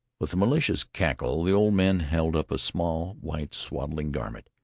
with a malicious crackle the old man held up a small white swaddling garment.